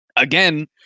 again